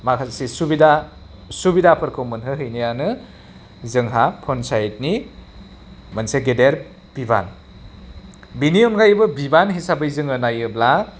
माखासे सुबिदफोरखौ मोनहो हैनायानो जोंहा पन्सायतनि मोनसे गेदेर बिबान बेनि अनगायैबो बिबान हिसाबै जोङो नायोब्ला